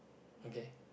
okay